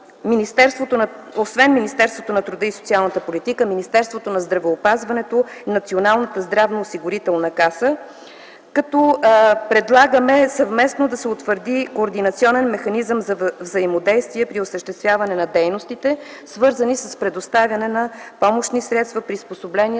освен Министерството на труда и социалната политика и Министерството на здравеопазването, Националната здравноосигурителна каса. Предлагаме съвместно да се утвърди координационен механизъм за взаимодействие при осъществяване на дейностите, свързани с предоставяне на помощни средства, приспособления,